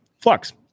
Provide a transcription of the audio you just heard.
Flux